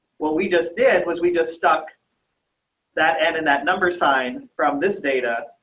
well, we just did, was we just stuck that and in that number sign from this data.